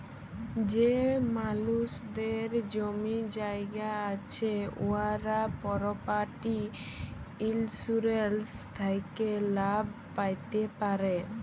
যে মালুসদের জমি জায়গা আছে উয়ারা পরপার্টি ইলসুরেলস থ্যাকে লাভ প্যাতে পারে